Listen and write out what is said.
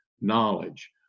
knowledge